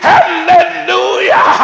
Hallelujah